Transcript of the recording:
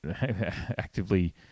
actively